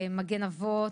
מגן אבות.